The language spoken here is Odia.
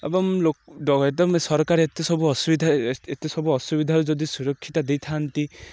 ଏବଂ ସରକାର ଏତେ ସବୁ ଅସୁବିଧା ଏତେ ସବୁ ଅସୁବିଧାରୁ ଯଦି ସୁରକ୍ଷିତ ଦେଇଥାନ୍ତି